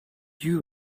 you